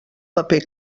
paper